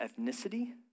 ethnicity